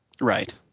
Right